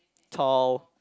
tall